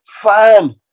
Fine